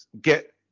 Get